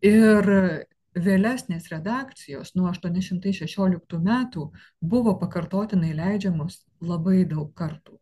ir vėlesnės redakcijos nuo aštuoni šimtai šešioliktų metų buvo pakartotinai leidžiamos labai daug kartų